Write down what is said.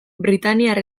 britainiar